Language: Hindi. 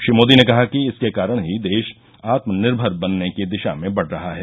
श्रीमोदी ने कहा कि इसके कारण ही देश आत्मनिर्भर बनने की दिशा में बढ रहा है